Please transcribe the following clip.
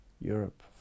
Europe